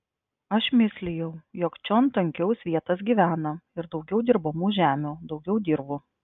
aš mislijau jog čion tankiau svietas gyvena ir daugiau dirbamų žemių daugiau dirvų